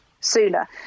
sooner